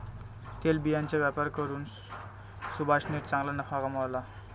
तेलबियांचा व्यापार करून सुभाषने चांगला नफा कमावला